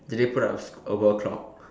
did they put up a world clock